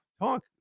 talk